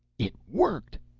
it worked!